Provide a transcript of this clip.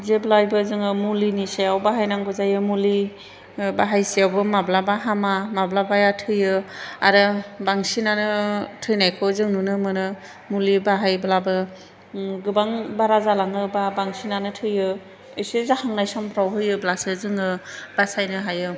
जेब्लायबो जोङो मुलिनि सायाव बाहायनांगौ जायो मुलि बाहायसेयावबो माब्लाबा हामा माब्लाबाया थैयो आरो बांसिनानो थैनायखौ जों नुनो मोनो मुलि बाहायब्लाबो गोबां बारा जालाङोब्ला बांसिनानो थैयो एसे जाहांनाय समफ्राव होयोब्लासो जोङो बासायनो हायो